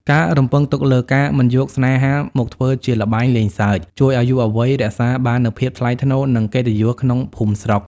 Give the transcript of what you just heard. ការរំពឹងទុកលើ "ការមិនយកស្នេហាមកធ្វើជាល្បែងសើចលេង" ជួយឱ្យយុវវ័យរក្សាបាននូវភាពថ្លៃថ្នូរ និងកិត្តិយសក្នុងភូមិស្រុក។